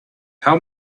how